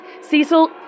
Cecil